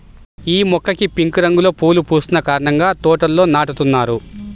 యీ మొక్కకి పింక్ రంగులో పువ్వులు పూస్తున్న కారణంగా తోటల్లో నాటుతున్నారు